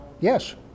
yes